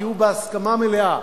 כי הוא בהסכמה מלאה.